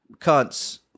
cunts